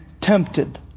tempted